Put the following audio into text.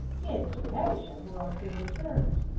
he and mr. havisham were on friendly terms,